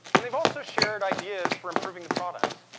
and they've also shared ideas for improving the product.